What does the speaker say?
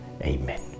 amen